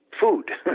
food